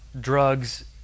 drugs